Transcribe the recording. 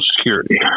security